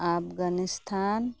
Afghanistan